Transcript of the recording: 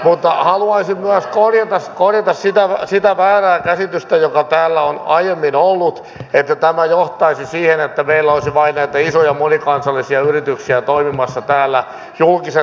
mutta haluaisin myös korjata sitä väärää käsitystä joka täällä on aiemmin ollut että tämä johtaisi siihen että meillä olisi vain näitä isoja monikansallisia yrityksiä toimimassa täällä julkisen rinnalla